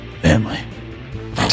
family